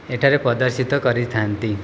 ଏଠାରେ ପ୍ରଦର୍ଶିତ କରିଥାନ୍ତି